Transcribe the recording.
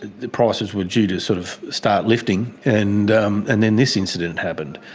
the prices were due to sort of start lifting and um and then this incident happened,